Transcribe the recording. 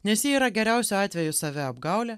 nes ji yra geriausiu atveju saviapgaulė